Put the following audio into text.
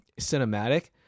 cinematic